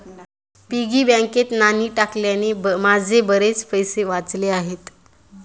piggy बँकेत नाणी टाकल्याने माझे बरेच पैसे वाचले आहेत